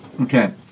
Okay